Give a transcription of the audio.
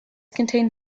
contained